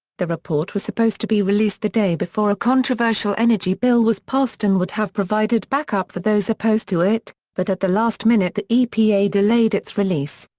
the report was supposed to be released the day before a controversial energy bill was passed and would have provided backup for those opposed to it, but at the last minute the epa delayed its release.